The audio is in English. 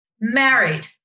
married